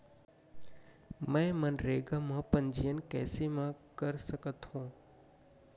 मैं मनरेगा म पंजीयन कैसे म कर सकत हो?